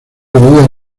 dividida